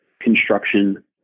construction